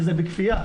וזה בכפייה,